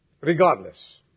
Regardless